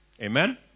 Amen